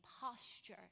posture